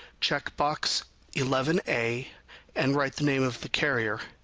check box eleven a and write the name of the carrier.